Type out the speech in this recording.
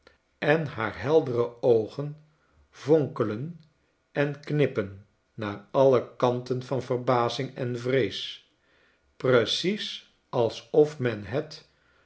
en haar heldere oogen vonkelen en knippen naar alle kanten van verbazing en vrees precies alsof men het